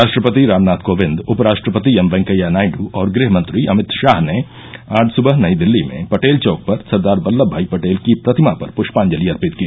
राष्ट्रपति रामनाथ कोविंद उपराष्ट्रपति एम वेंकैया नायड और गुहमंत्री अमित शाह ने आज सुबह नई दिल्ली में पटेल चौक पर सरदार वल्लभ भाई पटेल की प्रतिमा पर प्रष्पांजलि अर्पित की